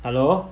hello